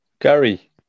Gary